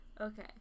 Okay